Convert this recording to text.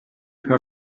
her